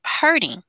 hurting